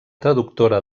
traductora